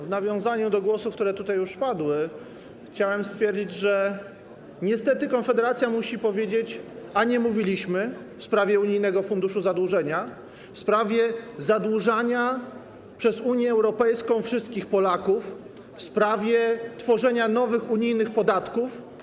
W nawiązaniu do głosów, które tutaj już padły, chciałbym stwierdzić, że niestety Konfederacja musi powiedzieć: A nie mówiliśmy w sprawie unijnego funduszu zadłużenia, w sprawie zadłużania przez Unię Europejską wszystkich Polaków, w sprawie tworzenia nowych unijnych podatków?